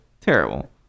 Terrible